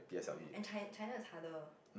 and Chi~ China is harder